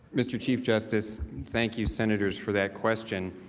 mr. chief justice. thank you senators for that question.